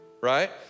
Right